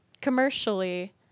commercially